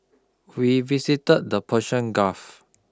we visit the Persian Gulf